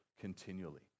continually